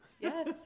Yes